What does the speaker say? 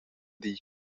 dir